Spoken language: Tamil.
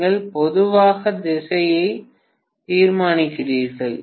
நீங்கள் பொதுவாக திசையை தீர்மானிக்கிறீர்கள்